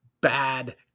bad